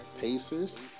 Pacers